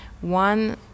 One